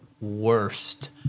worst